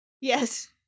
Yes